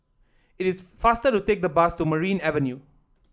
it is faster to take the bus to Maria Avenue